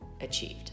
achieved